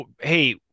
hey